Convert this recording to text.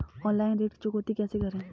Online ऋण चुकौती कैसे करें?